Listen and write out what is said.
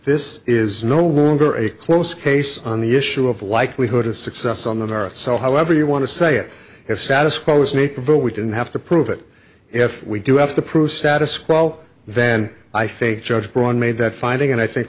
this is no longer a close case on the issue of likelihood of success on the merits so however you want to say it if status quo is naperville we didn't have to prove it if we do have to prove status quo then i think judge braun made that finding and i think